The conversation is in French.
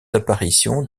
apparitions